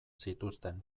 zituzten